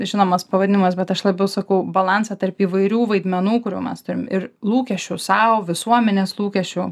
žinomas pavadinimas bet aš labiau sakau balansą tarp įvairių vaidmenų kurių mes turim ir lūkesčių sau visuomenės lūkesčių